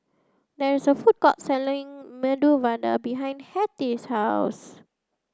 there is a food court selling Medu Vada behind Hattie's house